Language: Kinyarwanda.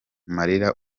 marira